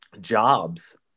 jobs